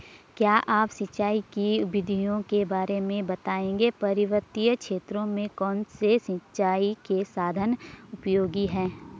क्या आप सिंचाई की विधियों के बारे में बताएंगे पर्वतीय क्षेत्रों में कौन से सिंचाई के साधन उपयोगी हैं?